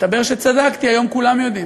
מסתבר שצדקתי, היום כולם יודעים.